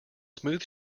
smooth